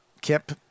Kip